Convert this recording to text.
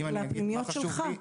לפנימיות שלך.